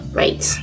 right